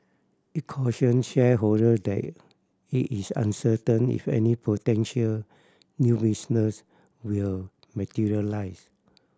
it cautioned shareholder that it is uncertain if any potential new business will materialise